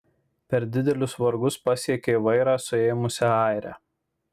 per didelius vargus pasiekė vairą suėmusią airę